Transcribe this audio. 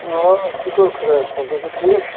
آ شُکُر خۄدایَس کُن تُہۍ چھُو ٹھیٖک